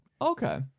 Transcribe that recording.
Okay